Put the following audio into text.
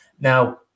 Now